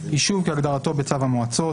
"יישוב" כהגדרתו בצו המועצות.